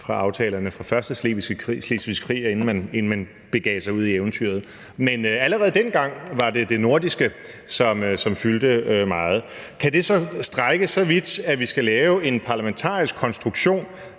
fra aftalerne fra første slesvigske krig, inden man begav sig ud i eventyret, men allerede dengang var det det nordiske, som fyldte meget. Kan det så skal strækkes så vidt, at vi skal lave en parlamentarisk konstruktion